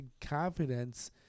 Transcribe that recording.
confidence